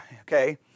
Okay